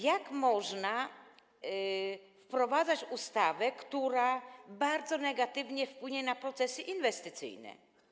Jak można wprowadzać ustawę, która bardzo negatywnie wpłynie na procesy inwestycyjne?